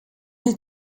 les